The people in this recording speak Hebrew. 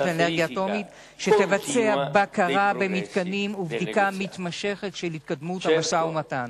לאנרגיה אטומית שתבצע בקרה במתקנים ובדיקה מתמשכת של התקדמות המשא-ומתן.